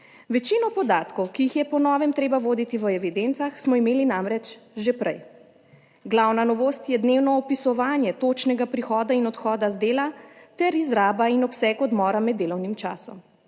Večino podatkov, ki jih je po novem treba voditi v evidencah, smo imeli namreč že prej, glavna novost je dnevno opisovanje točnega prihoda in odhoda z dela ter izraba in obseg odmora med delovnim časom.